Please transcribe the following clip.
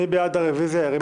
מי בעד הרביזיה?